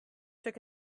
took